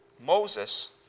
Moses